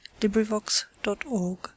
LibriVox.org